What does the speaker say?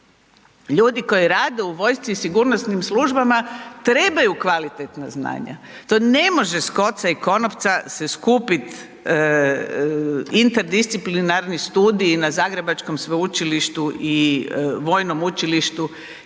Ljudi koji rade u vojsci i sigurnosnim službama trebaju kvalitetna znanja, to ne može s kolca i konopca se skupit interdisciplinarni studij na zagrebačkom sveučilištu i vojnom učilištu